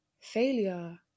Failure